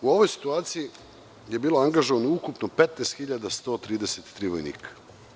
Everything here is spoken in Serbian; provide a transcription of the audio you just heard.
U ovoj situaciji je bilo angažovano ukupno 15.133 vojnika.